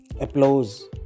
applause